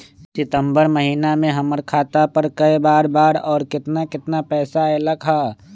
सितम्बर महीना में हमर खाता पर कय बार बार और केतना केतना पैसा अयलक ह?